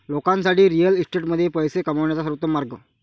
लोकांसाठी रिअल इस्टेटमध्ये पैसे कमवण्याचा सर्वोत्तम मार्ग